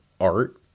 art